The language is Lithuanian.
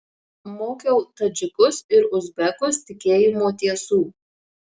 mokiau tadžikus ir uzbekus tikėjimo tiesų